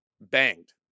banged